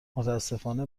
متاسفانه